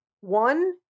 one